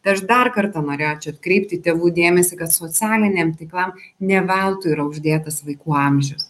tai aš dar kartą norėčiau atkreipti tėvų dėmesį kad socialiniam tinklam ne veltui yra uždėtas vaikų amžius